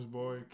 boy